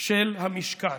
של המשכן,